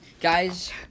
Guys